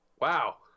Wow